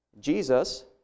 Jesus